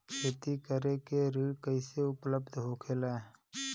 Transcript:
खेती करे के ऋण कैसे उपलब्ध होखेला?